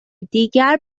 دیگر